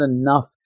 enough